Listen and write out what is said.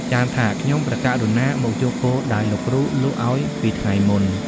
ចាមថា "ខ្ញុំព្រះករុណាមកយកគោដែលលោកគ្រូលក់ឲ្យពីថ្ងៃមុន"។